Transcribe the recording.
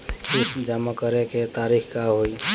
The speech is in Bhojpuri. किस्त जमा करे के तारीख का होई?